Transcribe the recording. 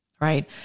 Right